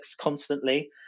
constantly